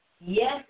Yes